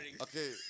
Okay